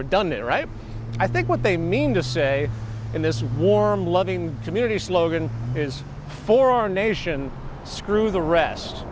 redundant right i think what they mean to say in this warm loving community slogan is for our nation screw the rest